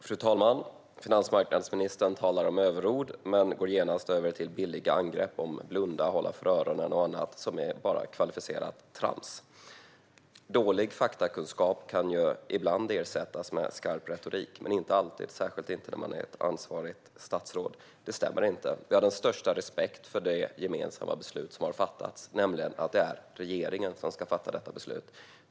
Fru talman! Finansmarknadsministern talar om överord, men går genast över till billiga angrepp om att blunda och hålla för öronen och annat som bara är kvalificerat trams. Dålig faktakunskap kan ibland ersättas med skarp retorik, men inte alltid, särskilt inte när man är ett ansvarigt statsråd. Det här stämmer inte. Vi har den största respekt för det gemensamma beslut som har fattats, nämligen att det är regeringen som ska fatta detta beslut.